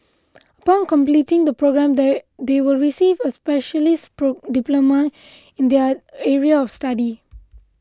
upon completing the programme they they will receive a specialist diploma in their area of study